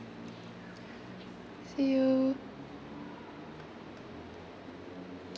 see you